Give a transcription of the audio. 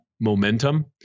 momentum